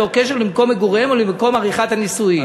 ללא קשר למקום מגוריהם או למקום עריכת הנישואין'".